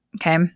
Okay